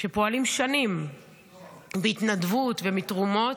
שפועלים שנים בהתנדבות ומתרומות,